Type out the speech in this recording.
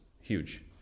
huge